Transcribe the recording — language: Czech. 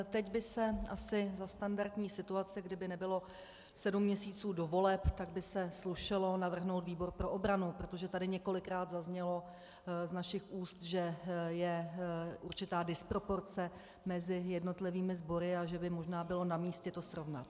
Teď by se asi ve standardní situaci, kdyby nebylo sedm měsíců do voleb, slušelo navrhnout výbor pro obranu, protože tady několikrát zaznělo z našich úst, že je určitá disproporce mezi jednotlivými sbory a že by možná bylo namístě to srovnat.